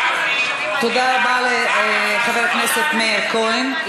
גפני, תודה רבה לחבר הכנסת מאיר כהן.